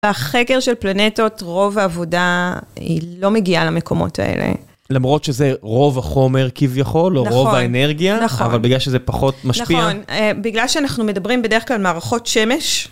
והחקר של פלנטות, רוב העבודה, היא לא מגיעה למקומות האלה. למרות שזה רוב החומר כביכול, או רוב האנרגיה, אבל בגלל שזה פחות משפיע... נכון, בגלל שאנחנו מדברים בדרך כלל מערכות שמש.